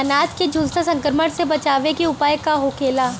अनार के झुलसा संक्रमण से बचावे के उपाय का होखेला?